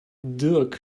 dirk